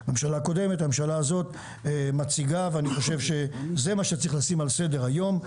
הקודמת והממשלה הזו מציגה ואני חושב שזה מה שצריך לשים על סדר היום.